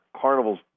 Carnival's